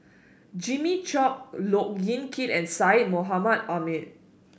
Jimmy Chok Look Yan Kit and Syed Mohamed Ahmed